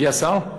הגיע שר?